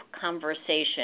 conversation